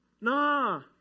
Nah